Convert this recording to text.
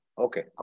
Okay